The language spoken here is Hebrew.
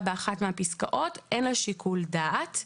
באחת מהפסקאות - אין לה שיקול דעת.